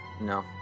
no